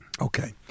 Okay